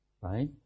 right